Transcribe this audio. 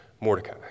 Mordecai